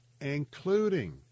including